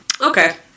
Okay